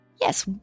Yes